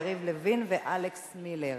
יריב לוין ואלכס מילר,